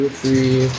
three